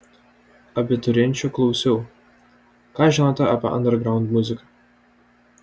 abiturienčių klausiau ką žinote apie andergraund muziką